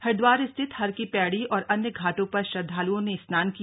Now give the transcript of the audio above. हरिदवार स्थित हर की पैड़ी और अन्य घाटों पर श्रद्वालुओं ने स्नान किया